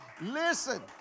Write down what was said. Listen